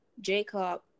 Jacob